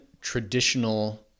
traditional